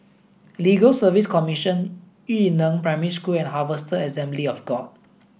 Legal Service Commission Yu Neng Primary School and Harvester Assembly of God